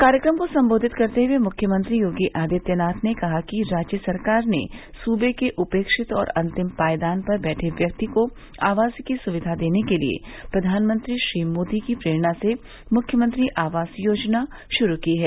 कार्यक्रम को सम्बोधित करते हुए मुख्यमंत्री योगी आदित्यनाथ ने कहा कि राज्य सरकार ने सुबे के उपेक्षित और अंतिम पायदान पर बैठे व्यक्ति को आवास की सुविधा देने के लिए प्रधानमंत्री श्री मोदी की प्रेरणा से मुख्यमंत्री आवास योजना शुरू की है